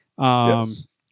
Yes